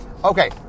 Okay